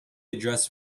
address